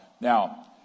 Now